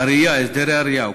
הסדרי הראייה,